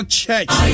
Church